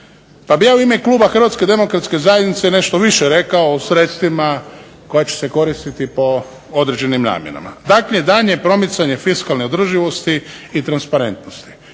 Pa bih ja u ime kluba Hrvatske demokratske zajednice nešto više rekao o sredstvima koja će se koristiti po određenim namjenama, dakle daljnje promicanje fiskalne održivosti i transparentnosti.